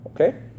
Okay